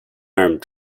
armed